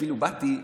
אפילו באתי,